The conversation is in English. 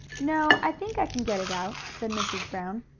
no, i think i can get it out, said mrs. brown.